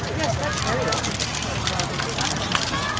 yes. that's very awkward, said barbara dispassionately.